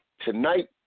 tonight